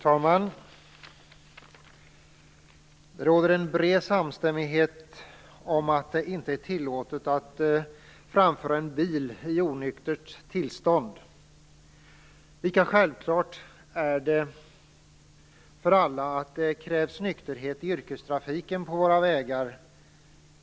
Herr talman! Det råder en bred samstämmighet om att det inte är tillåtet att framföra en bil i onyktert tillstånd. Det är självklart för alla att det krävs nykterhet i yrkestrafiken på våra vägar.